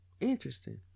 Interesting